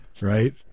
right